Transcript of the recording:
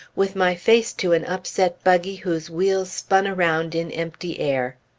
with my face to an upset buggy whose wheels spun around in empty air.